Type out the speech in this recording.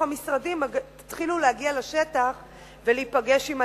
המשרדים תתחילו להגיע לשטח ולהיפגש עם הציבור.